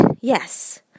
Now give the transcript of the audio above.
Yes